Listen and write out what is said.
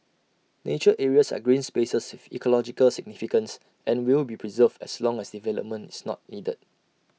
nature areas are green spaces with ecological significance and will be preserved as long as development is not needed